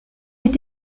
est